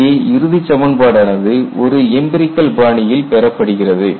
இங்கே இறுதி சமன்பாடு ஆனது ஒரு எம்பிரிகல் பாணியில் பெறப்படுகிறது